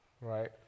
right